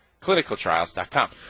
ClinicalTrials.com